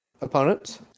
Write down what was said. opponents